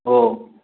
हो